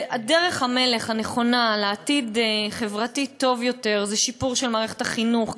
דרך המלך לעתיד חברתי טוב יותר זה שיפור של מערכת החינוך,